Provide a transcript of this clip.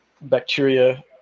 bacteria